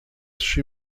she